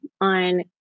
on